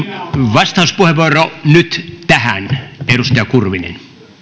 vastauspuheenvuoro nyt tähän edustaja kurvinen